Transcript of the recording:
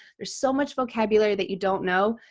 there's so much vocabulary that you don't know.